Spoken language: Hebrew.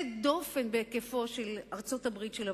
דופן בהיקפו עם ארצות-הברית של אמריקה.